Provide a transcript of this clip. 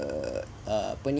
err apa ni